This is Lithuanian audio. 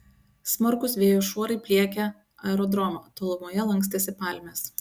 smarkūs vėjo šuorai pliekė aerodromą tolumoje lankstėsi palmės